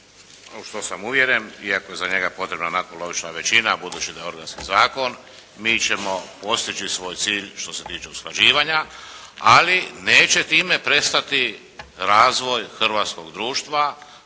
u što sam uvjeren iako je za njega potrebna natpolovična većina budući da je organski zakon, mi ćemo postići svoj cilj što se tiče usklađivanja ali neće time prestati razvoj hrvatskog društva